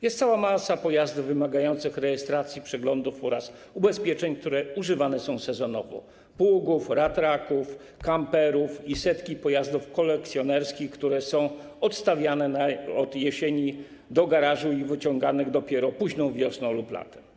Jest cała masa pojazdów wymagających rejestracji, przeglądów oraz ubezpieczeń, które używane są sezonowo: pługów, ratraków, kamperów i setki pojazdów kolekcjonerskich, które są odstawiane od jesieni do garażu i wyciągane dopiero późną wiosną lub latem.